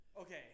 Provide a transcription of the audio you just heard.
Okay